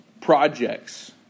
Projects